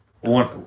one